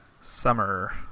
Summer